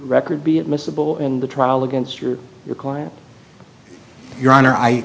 record be admissible in the trial against your your client your honor i